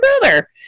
brother